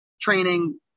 training